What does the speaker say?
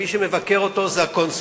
מי שמבקר אותו זה הקונסול.